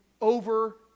over